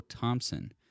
Thompson